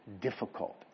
difficult